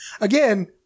again